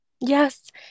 Yes